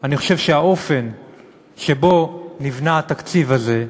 אני חושב שהאופן שבו נבנה התקציב הזה,